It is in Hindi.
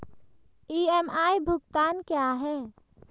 ई.एम.आई भुगतान क्या है?